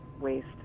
waste